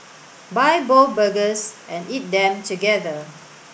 buy both burgers and eat them together